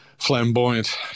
flamboyant